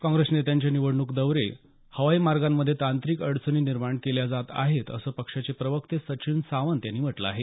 काँग्रस नेत्यांचे निवडणूक प्रचार दौरे हवाई मार्गांमधे तांत्रिक अडचणी निर्माण केल्या जात आहेत असं पक्षाचे प्रवक्ते सचिन सावंत यांनी म्हटलं आहे